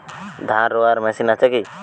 ধান রোয়ার মেশিন আছে কি?